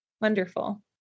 Wonderful